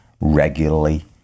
regularly